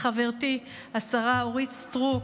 לחברתי השרה אורית סטרוק,